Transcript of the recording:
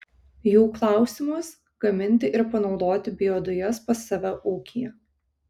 jų klausimas gaminti ir panaudoti biodujas pas save ūkyje